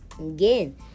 Again